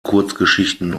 kurzgeschichten